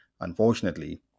unfortunately